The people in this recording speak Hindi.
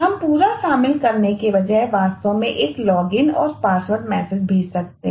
हम पूरा शामिल करने के बजाएहम वास्तव में एक लॉगिन है